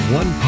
one